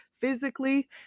physically